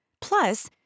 Plus